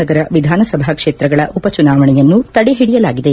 ನಗರ ವಿಧಾಸಭಾ ಕ್ಷೇತ್ರಗಳ ಉಪಚುನಾವಣೆಯನ್ನು ತಡೆಹಿಡಿಯಲಾಗಿದೆ